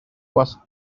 was